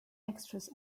extras